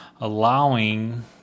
allowing